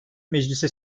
meclise